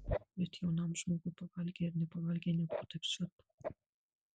bet jaunam žmogui pavalgei ar nepavalgei nebuvo taip svarbu